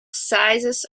sizes